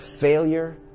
failure